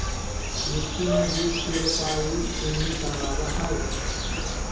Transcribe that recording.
मिट्टी मे बीज के रोपाई सीडिंग कहलावय हय